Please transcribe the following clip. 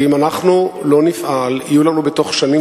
ואם אנחנו לא נפעל יהיו לנו בתוך שנים